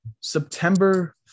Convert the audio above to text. September